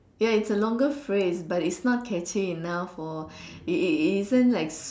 ya its a longer phrase but its not catchy enough for it it isn't like